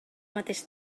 mateix